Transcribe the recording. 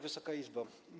Wysoka Izbo!